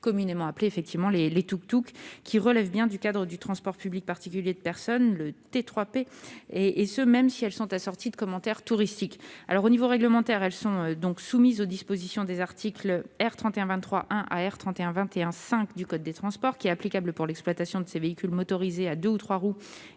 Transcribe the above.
communément appelés « tuk-tuks », qui relèvent bien du cadre du transport public particulier de personnes (T3P), et ce même si elles sont assorties de commentaires touristiques. Au niveau réglementaire, elles sont donc soumises aux dispositions des articles R. 3123-1 à R. 3121-5 du code des transports, applicables pour l'exploitation de véhicules motorisés à deux ou trois roues